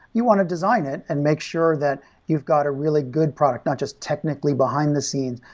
you want to design it and make sure that you've got a really good product, not just technically behind the scene,